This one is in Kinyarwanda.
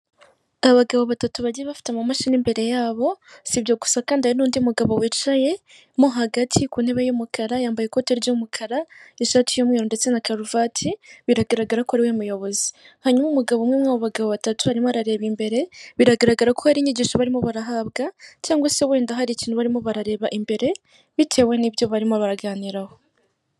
Abagabo batatu bagiye bafite amamashini imbere yabo sibyo gusa kandi hari n'undi mugabo wicayemo hagati ku ntebe y'umukara yambaye ikote ry'umukara n'ishati y'umweru ndetse na karuvati, biragaragara ko ari we muyobozi, hanyuma umugabo umwe muri abo bagabo batatu arimo arareba imbere biragaragara ko hari inyigisho barimo barahabwa cyangwa se wenda hari ikintu barimo barareba imbere bitewe n'ibyo barimo baraganiraho.